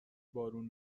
بارون